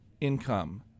income